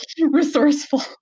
resourceful